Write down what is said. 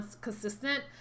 consistent